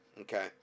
okay